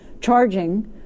charging